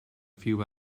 few